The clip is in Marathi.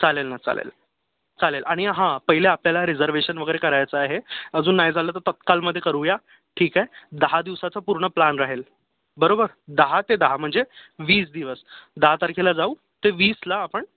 चालेल ना चालेल चालेल आणि हा पहिले आपल्याला रिझर्व्हेशन वगैरे करायचं आहे अजून नाही झालं तर तात्काळमध्ये करूया ठीक आहे दहा दिवसाचं पूर्ण प्लान राहील बरोबर दहा ते दहा म्हणजे वीस दिवस दहा तारखेला जाऊ ते वीसला आपण